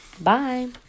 Bye